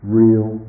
real